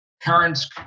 parents